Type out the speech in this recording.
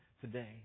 today